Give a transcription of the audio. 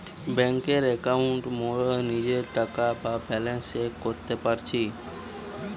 বেংকের একাউন্টে মোরা নিজের টাকা বা ব্যালান্স চেক করতে পারতেছি